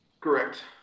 correct